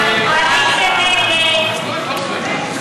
ההצעה להעביר לוועדה את הצעת חוק הרשויות המקומיות (בחירת ראש רשות